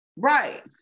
Right